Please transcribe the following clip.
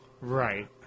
Right